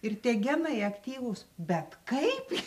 ir tie genai aktyvūs bet kaip